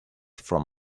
from